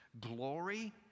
glory